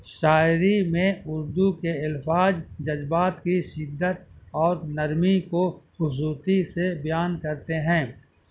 شاعری میں اردو کے الفاظ جذبات کی شدت اور نرمی کو خوبصورتی سے بیان کرتے ہیں